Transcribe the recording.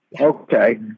okay